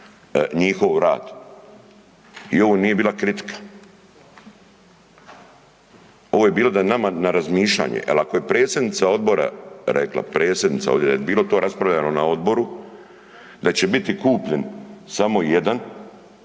njihov rad. I ovo nije bila kritika, ovo je bilo da nama na razmišljanje jel ako je predsjednica odbora rekla, predsjednica ovdje da bi bilo to raspravljano na odboru da će biti kupljen samo jedan,